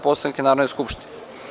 Poslovnika Narodne skupštine.